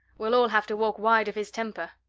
we'll all have to walk wide of his temper.